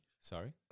Sorry